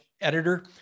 editor